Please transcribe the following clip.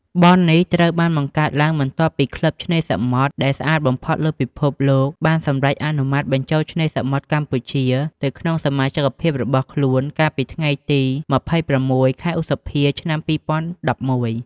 បុណ្យនេះត្រូវបានបង្កើតឡើងបន្ទាប់ពីក្លឹបឆ្នេរសមុទ្រដែលស្អាតបំផុតលើពិភពលោក បានសម្រេចអនុម័តបញ្ចូលឆ្នេរសមុទ្រកម្ពុជាទៅក្នុងសមាជិកភាពរបស់ខ្លួន កាលពីថ្ងៃទី២៦ ខែឧសភា ឆ្នាំ២០១១។